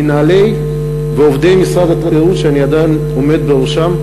מנהלי ועובדי משרד התיירות שאני עדיין עומד בראשם,